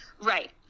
right